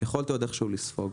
אבל